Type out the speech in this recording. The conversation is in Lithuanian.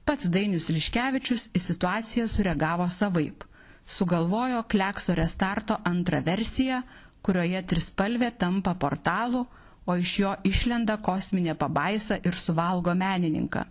pats dainius liškevičius į situaciją sureagavo savaip sugalvojo kliakso restarto antrą versiją kurioje trispalvė tampa portalu o iš jo išlenda kosminė pabaisa ir suvalgo menininką